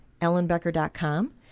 ellenbecker.com